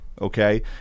okay